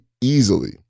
easily